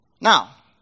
Now